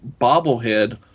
bobblehead